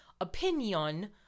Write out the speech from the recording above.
opinion